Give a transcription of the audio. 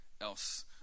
else